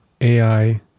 AI